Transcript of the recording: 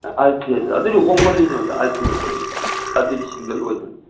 eight ꯐꯦꯁꯇ ꯑꯗꯨꯗꯤ ꯍꯣꯡꯃꯜꯂꯤꯅꯦ ꯑꯣꯖꯥ ꯑꯩꯠ ꯐꯦꯁꯗꯗꯤ ꯑꯗꯨꯗꯤ ꯁꯤꯡꯒꯜ ꯑꯣꯏꯕꯅꯤ